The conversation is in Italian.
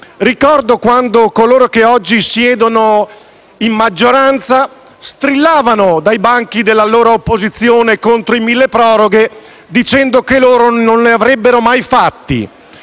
Ricordo quando coloro che oggi siedono in maggioranza strillavano dai banchi dell'allora opposizione contro il milleproroghe dicendo che loro non ne avrebbero mai fatti.